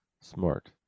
Smart